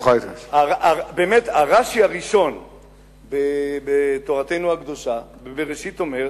פירוש רש"י הראשון בתורתנו הקדושה, בבראשית, אומר: